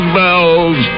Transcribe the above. bells